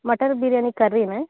mutton biryani కర్రీనా